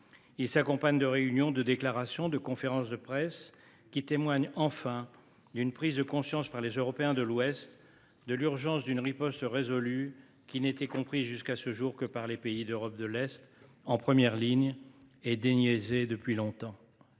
Ils s’accompagnent de réunions, de déclarations et de conférences de presse qui témoignent, enfin, d’une prise de conscience par les Européens de l’Ouest de l’urgence d’une riposte résolue, laquelle n’était comprise, jusqu’à présent, que par les pays d’Europe de l’Est, qui sont en première ligne et depuis longtemps